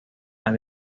las